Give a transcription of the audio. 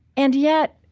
and yet,